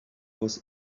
was